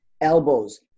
elbows